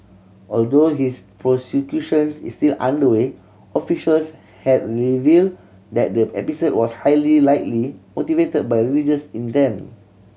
although his prosecutions is still underway officials have revealed that the episode was highly likely motivated by religious intent